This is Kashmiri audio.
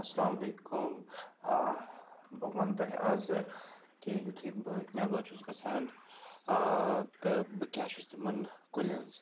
اَسلامُ علیکُم آ بہٕ وَنہٕ تۄہہِ اَزٕ کہِ یُتھُے بہٕ نٮ۪بر چھُس گژھان تہٕ بہٕ کیٛاہ چھُس تِمَن کُلٮ۪ن